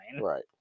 Right